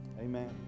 amen